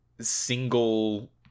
single